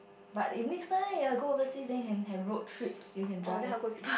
but if next time you want to go overseas then you can have road trips you can drive